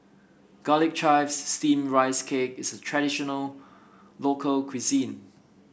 Garlic Chives Steamed Rice Cake is a traditional local cuisine